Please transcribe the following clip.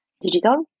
digital